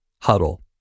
Huddle